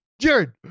Jared